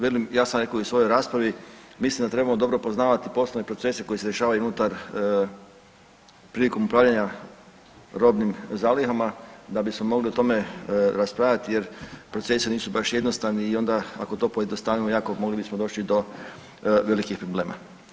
Ja sam rekao i u svojoj raspravi mislim da trebamo dobro poznavati poslovne procese koji se rješavaju unutar, prilikom upravljanja robnim zalihama da bismo mogli o tome raspravljati jer procesi nisu baš jednostavni i onda ako to pojednostavimo jako mogli bismo doći do velikih problema.